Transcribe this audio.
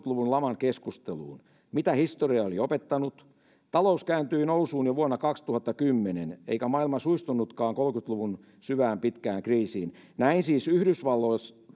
luvun laman keskusteluun mitä historia oli opettanut talous kääntyi nousuun jo vuonna kaksituhattakymmenen eikä maailma suistunutkaan kolmekymmentä luvun syvään pitkään kriisiin näin siis yhdysvalloissa